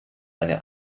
eine